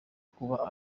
kuba